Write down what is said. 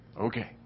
Okay